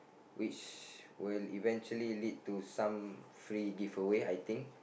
which will eventually lead to some free give away I think